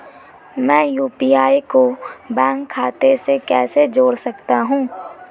मैं यू.पी.आई को बैंक खाते से कैसे जोड़ सकता हूँ?